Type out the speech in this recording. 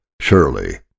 Surely